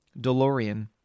DeLorean